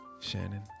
Shannon